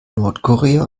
nordkorea